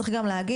צריך גם להגיד,